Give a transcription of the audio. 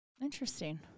Interesting